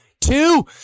two